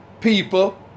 people